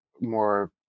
more